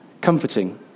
comforting